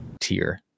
tier